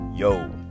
yo